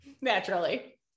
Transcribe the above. naturally